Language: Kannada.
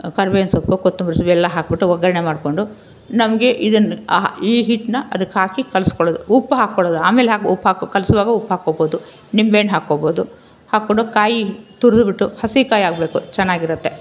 ಕರ್ಬೇವಿನ ಸೊಪ್ಪು ಕೊತ್ತಂಬರಿ ಸೊಪ್ಪು ಎಲ್ಲ ಹಾಕಿಬಿಟ್ಟು ಒಗ್ಗರಣೆ ಮಾಡಿಕೊಂಡು ನಮಗೆ ಇದನ್ನು ಆ ಈ ಹಿಟ್ಟನ್ನ ಅದಕ್ಕೆ ಹಾಕಿ ಕಲಸ್ಕೊಳ್ಳೋದು ಉಪ್ಪು ಹಾಕ್ಕೊಳ್ಳೋದು ಆಮೇಲೆ ಹಾಕಿ ಉಪ್ಪು ಹಾಕ್ಕೊಳ್ಳೋದು ಕಲಸುವಾಗ ಉಪ್ಪು ಹಾಕ್ಕೊಬೋದು ನಿಂಬೆ ಹಣ್ಣು ಹಾಕ್ಕೊಬೋದು ಹಾಕ್ಕೊಂಡು ಕಾಯಿ ತುರ್ದು ಬಿಟ್ಟು ಹಸಿ ಕಾಯಿ ಆಗಬೇಕು ಚೆನ್ನಾಗಿರುತ್ತೆ